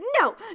no